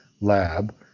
lab